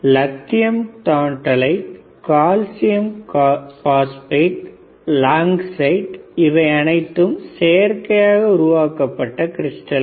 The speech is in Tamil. lithium tantalite gallium phosphate langasite இவை அனைத்துமே செயற்கையாக உருவாக்க கூடிய கிரிஸ்டல்கள்